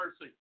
mercy